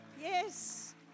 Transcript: Yes